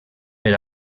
per